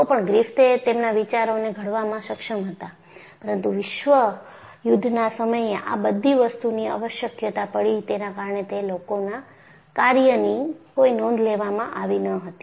તો પણ ગ્રિફિથ એ તેમના વિચારોને ઘડવામાં સક્ષમ હતા પરંતુ વિશ્વ યુદ્ધના સમયે આ બધી વસ્તુ ની આવશ્યકતા પડી તેના કારણે તે લોકોના કાર્યની કોઈ નોંધ લેવામાં આવી ન હતી